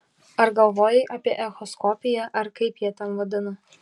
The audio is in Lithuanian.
ar galvojai apie echoskopiją ar kaip jie ten vadina